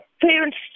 parents